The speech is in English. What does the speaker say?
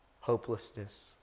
hopelessness